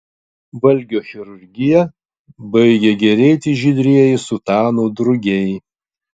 valgio chirurgija baigė gėrėtis žydrieji sutanų drugiai